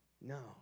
No